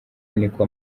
niko